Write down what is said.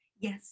Yes